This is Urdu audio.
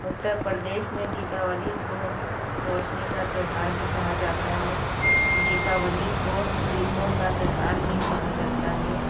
اتّر پردیش میں دیپاولی کو روشنی کا تہوار بھی کہا جاتا ہے دیپاولی کو دیپو کا تہوار بھی کہا جاتا ہے